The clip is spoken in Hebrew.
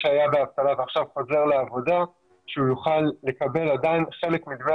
שהיה באבטלה ועכשיו חוזר לעבודה שהוא יוכל לקבל עדיין חלק מדמי